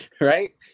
right